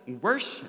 worship